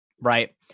Right